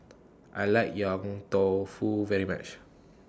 I like Yong Tau Foo very much